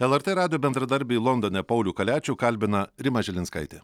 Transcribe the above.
lrt radijo bendradarbį londone paulių kaliačių kalbina rima žilinskaitė